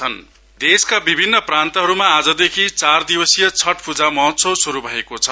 छठ पूजा देशका विभिन्न प्रान्तहरुमा आजदेखि चार दिवसिय छठ पूजा महोत्सव शुरु भएको छ